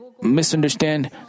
misunderstand